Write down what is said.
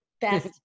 best